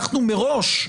אנחנו מראש,